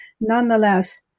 nonetheless